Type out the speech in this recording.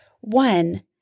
one